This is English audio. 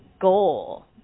goal